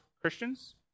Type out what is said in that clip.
Christians